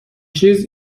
چیز